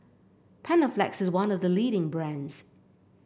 Panaflex is one the the leading brands